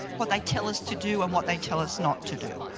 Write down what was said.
what they tell us to do and what they tell us not to do.